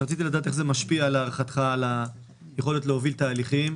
רציתי לדעת איך זה משפיע להערכתך על היכולת להוביל תהליכים?